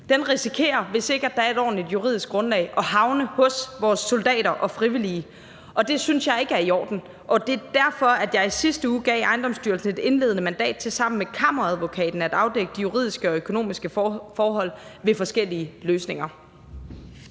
risikerer regningen for en mulig løsning at havne hos vores soldater og frivillige, og det synes jeg ikke er i orden. Det er derfor, at jeg i sidste uge gav Ejendomsstyrelsen et indledende mandat til sammen med Kammeradvokaten at afdække de juridiske og økonomiske forhold ved forskellige løsninger.